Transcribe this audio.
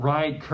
Right